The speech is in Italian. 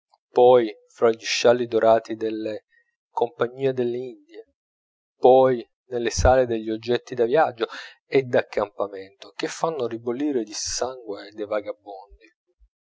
poi fra gli scialli dorati della compagnia delle indie poi nelle sale degli oggetti da viaggio e da accampamento che fanno ribollire il sangue dei vagabondi